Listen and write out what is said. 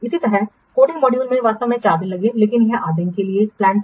इसी तरह coding module को वास्तव में 4 दिन लगते हैं लेकिन यह 8 दिनों के लिए योजनाबद्ध था